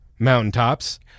Mountaintops